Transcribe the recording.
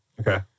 Okay